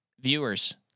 viewers